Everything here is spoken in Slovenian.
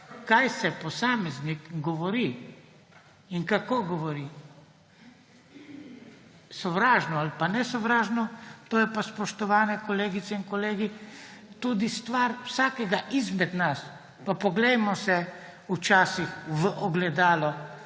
Kaj vse posameznik govori in kako govori, sovražno ali nesovražno, to je pa, spoštovane kolegice in kolegi, tudi stvar vsakega izmed nas. Poglejmo se včasih v ogledalo